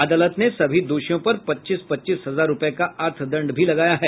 अदालत ने सभी दोषियों पर पच्चीस पच्चीस हजार रूपये का अर्थदंड भी लगाया है